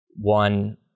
one